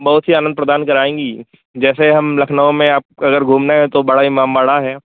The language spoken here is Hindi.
बहुत सी आनंद प्रदान कराएँगी जैसे हम लखनऊ में आपको अगर घूमना है तो बड़ा इमामबाड़ा है